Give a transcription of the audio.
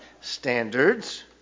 standards